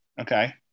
Okay